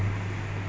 ya